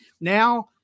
Now